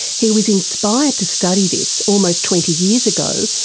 he was inspired to study this, almost twenty years ago,